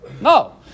No